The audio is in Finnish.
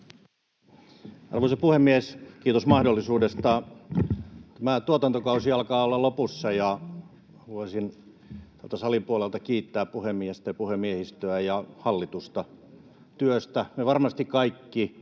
Arvoisa puhemies, kiitos mahdollisuudesta! Tämä tuotantokausi alkaa olla lopussa, ja haluaisin täältä salin puolelta kiittää puhemiestä, puhemiehistöä ja hallitusta työstä.